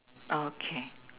okay